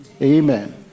Amen